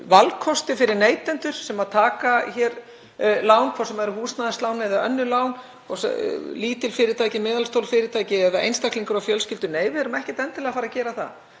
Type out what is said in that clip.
valkosti fyrir neytendur sem taka hér lán, hvort sem það eru húsnæðislán eða önnur lán, lítil fyrirtæki, meðalstór fyrirtæki eða einstaklingar og fjölskyldur? Nei, það er ekkert endilega að fara að gerast.